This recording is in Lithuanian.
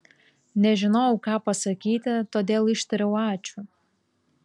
nežinojau ką pasakyti todėl ištariau ačiū